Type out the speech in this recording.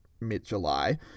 mid-July